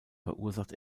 verursacht